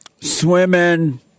Swimming